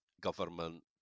government